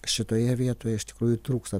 šitoje vietoje iš tikrųjų trūksta